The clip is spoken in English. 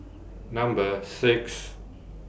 Number six